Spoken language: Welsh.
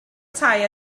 tai